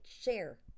share